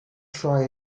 try